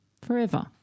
forever